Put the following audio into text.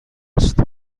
است